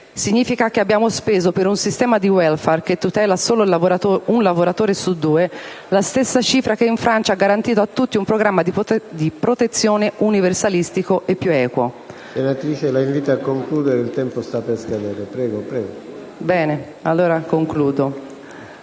Significa che abbiamo speso per un sistema di *welfare* che tutela solo un lavoratore su due la stessa cifra che in Francia ha garantito a tutti un programma di protezione universalistico e più equo. PRESIDENTE. Senatrice Bencini, la invito a concludere: il tempo sta per scadere. BENCINI *(M5S)*. Bene, allora concludo;